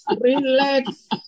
relax